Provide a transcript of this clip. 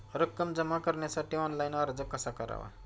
रक्कम जमा करण्यासाठी ऑनलाइन अर्ज कसा करावा?